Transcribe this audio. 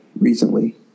recently